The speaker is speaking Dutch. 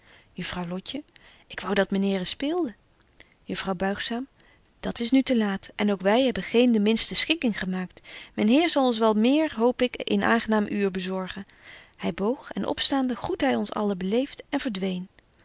juffrouw lotje ik wou dat myn heer eens speelde juffrouw buigzaam dat is nu te laat en ook wy hebben geen de minste schikking gebetje wolff en aagje deken historie van mejuffrouw sara burgerhart maakt myn heer zal ons wel meer hoop ik een aangenaam uur bezorgen hy boog en opstaande groette hy ons allen beleeft en verdween